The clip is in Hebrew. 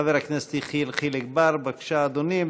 חבר הכנסת יחיאל חיליק בר, בבקשה, אדוני.